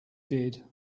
did